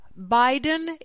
Biden